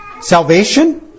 salvation